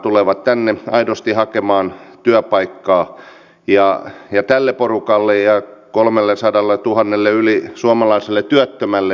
tulevat vuodet näyttäytyvät ennusteissa plusmerkkisinä mutta edessämme on monta monituista maltillisen talouskasvun vuotta